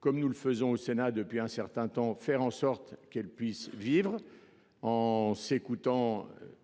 comme nous le faisons au Sénat depuis un certain temps, faire en sorte qu’elle puisse vivre en nous écoutant les